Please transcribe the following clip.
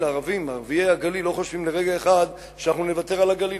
ערביי הגליל לא חושבים לרגע אחד שאנחנו נוותר על הגליל,